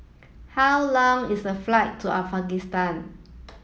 how long is the flight to Afghanistan